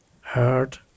heard